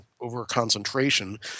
over-concentration